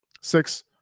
six